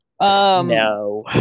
No